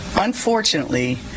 unfortunately